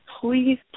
Please